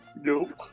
Nope